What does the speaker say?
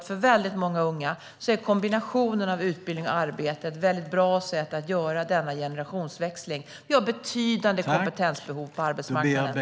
För många unga är kombinationen av utbildning och arbete ett väldigt bra sätt att göra denna generationsväxling, tror jag. Vi har betydande kompetensbehov på arbetsmarknaden.